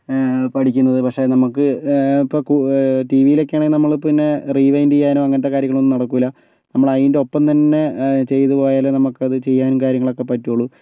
പഠിക്കുന്നത് പക്ഷേ നമുക്ക് ഇപ്പോൾ ടി വിയിലൊക്കെയാണേ നമ്മൾ പിന്നെ റീവൈൻ്റ് ചെയ്യാനോ അങ്ങനത്തെ കാര്യങ്ങൾ ഒന്നും നടക്കില്ല നമ്മളതിൻ്റെ ഒപ്പം തന്നെ ചെയ്തു പോയാലേ നമുക്കത് ചെയ്യാനും കാര്യങ്ങളൊക്കെ പറ്റുകയുള്ളൂ